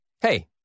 Hey